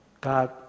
God